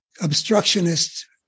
obstructionist